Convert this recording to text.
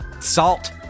Salt